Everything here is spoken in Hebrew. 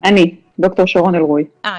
אני בבידוד.